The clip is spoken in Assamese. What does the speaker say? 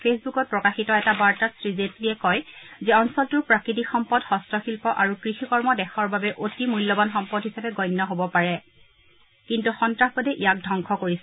ফেচ্বুকত প্ৰকাশিত এটা বাৰ্তাত শ্ৰীজেট্লীয়ে কয় যে আঞ্চলটোৰ প্ৰাকৃতিক সম্পদ হস্তশিল্প আৰু কৃষিকৰ্ম দেশৰ বাবে অতি মূল্যবান সম্পদ হিচাপে গণ্য হব পাৰে কিন্তু সন্তাসবাদে ইয়াক ধবংস কৰিছে